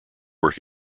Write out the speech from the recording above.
work